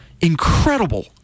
incredible